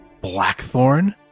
Blackthorn